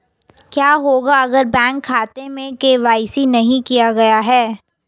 क्या होगा अगर बैंक खाते में के.वाई.सी नहीं किया गया है?